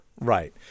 Right